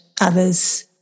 others